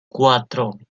cuatro